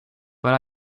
but